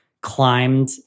climbed